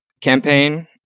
campaign